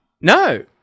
No